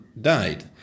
died